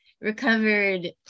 recovered